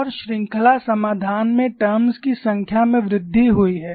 और श्रृंखला समाधान में टर्म्स की संख्या में वृद्धि हुई है